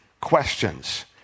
questions